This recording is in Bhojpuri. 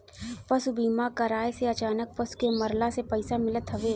पशु बीमा कराए से अचानक पशु के मरला से पईसा मिलत हवे